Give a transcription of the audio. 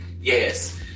yes